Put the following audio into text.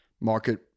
market